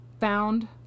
found